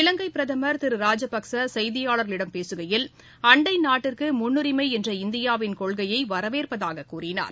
இலங்கை பிரதமர் திரு ராஜபக்சே செய்தியாளர்களிடம் பேசுகையில் அண்டை நாட்டிற்கு முன்னுரிமை என்ற இந்தியாவின் கொள்கையை வரவேற்பதாகக் கூறினார்